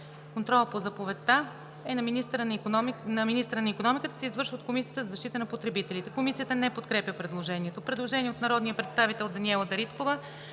Контролът по заповедта е на министъра на икономиката и се извършва от Комисията за защита на потребителите.“ Комисията не подкрепя предложението. Предложение от народния представител Даниела Дариткова.